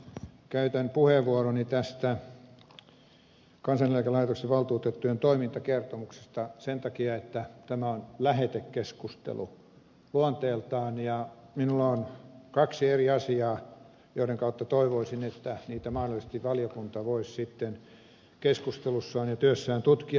käytän puheenvuoroni tästä kansaneläkelaitoksen valtuutettujen toimintakertomuksesta sen takia että tämä on lähetekeskustelu luonteeltaan ja minulla on kaksi eri asiaa joista toivoisin että valiokunta voisi niitä mahdollisesti sitten keskustelussaan ja työssään tutkia